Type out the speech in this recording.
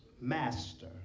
Master